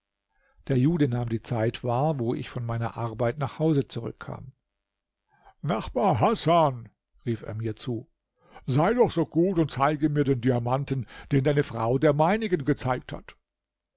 der jude nahm die zeit wahr wo ich von meiner arbeit nach hause zurückkam nachbar hasan rief er mir zu sei doch so gut und zeige mir den diamanten den deine frau der meinigen gezeigt hat